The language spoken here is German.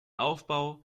aufbau